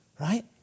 right